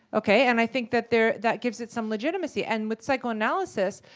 okay? and i think that there that gives it some legitimacy. and with psychoanalysis,